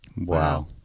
wow